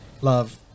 love